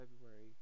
February